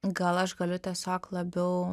gal aš galiu tiesiog labiau